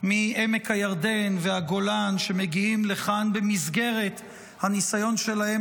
מעמק הירדן ומהגולן שמגיעים לכאן במסגרת הניסיון שלהם